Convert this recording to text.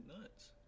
nuts